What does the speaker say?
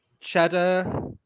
Cheddar